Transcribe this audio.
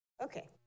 Okay